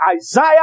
Isaiah